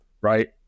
right